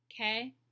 Okay